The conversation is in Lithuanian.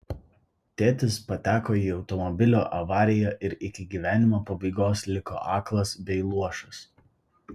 tėtis pateko į automobilio avariją ir iki gyvenimo pabaigos liko aklas bei luošas